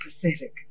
pathetic